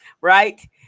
right